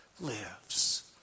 lives